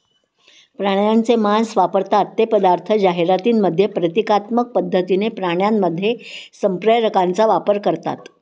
प्राण्यांचे मांस वापरतात ते पदार्थ जाहिरातींमध्ये प्रतिकात्मक पद्धतीने प्राण्यांमध्ये संप्रेरकांचा वापर करतात